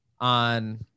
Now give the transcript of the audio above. on